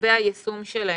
לגבי היישום שלהם.